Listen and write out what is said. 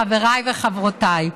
חבריי וחברותיי,